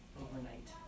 overnight